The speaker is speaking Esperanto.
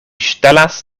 ŝtelas